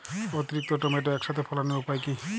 অতিরিক্ত টমেটো একসাথে ফলানোর উপায় কী?